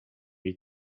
jej